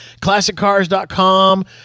ClassicCars.com